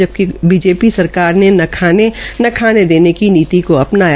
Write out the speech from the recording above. जबकि बीजेपी सरकार ने न खाने न खाने देने की नीति को अपनाया